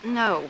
no